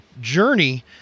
journey